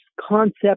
concept